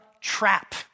trap